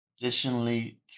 additionally